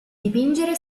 dipingere